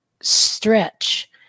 stretch